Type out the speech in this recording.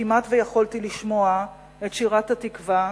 כמעט שיכולתי לשמוע את שירת "התקווה"